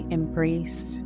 embrace